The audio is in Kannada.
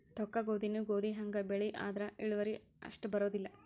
ತೊಕ್ಕಗೋಧಿನೂ ಗೋಧಿಹಂಗ ಬೆಳಿ ಆದ್ರ ಇಳುವರಿ ಅಷ್ಟ ಬರುದಿಲ್ಲಾ